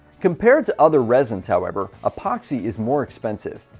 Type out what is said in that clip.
compared to other residents, however, epoxy is more expensive.